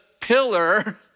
pillar